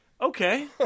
Okay